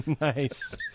Nice